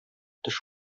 төш